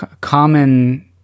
common